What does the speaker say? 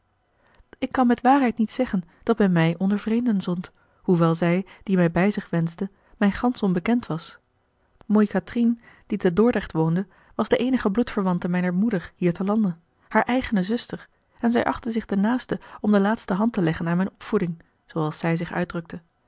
ik kan met waarheid niet zeggen dat men mij onder vreemden zond hoewel zij die mij bij zich wenschte mij gansch onbekend was moei catrine die te dordrecht woonde was de eenige bloedverwante mijner moeder hier te lande hare eigene zuster en zij achtte zich de naaste om de laatste hand te leggen aan mijne opvoeding zooals zij zich uitdrukte